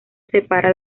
separa